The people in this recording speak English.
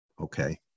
okay